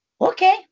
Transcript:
okay